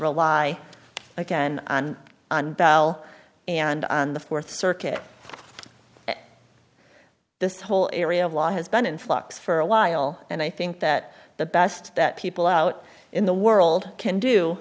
rely again on bell and the th circuit this whole area of law has been in flux for a while and i think that the best that people out in the world can do